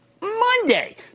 Monday